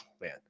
man